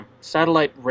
satellite